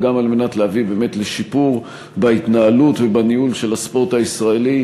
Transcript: גם על מנת להביא באמת לשיפור בהתנהלות ובניהול של הספורט הישראלי,